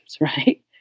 Right